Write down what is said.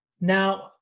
Now